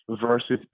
versus